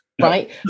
Right